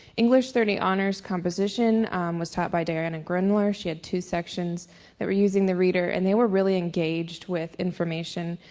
english thirty honors composition was taught by diana gruendler. she had two sections that were using the reader. and they were really engaged with information.